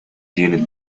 unit